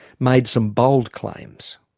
made some bold claims.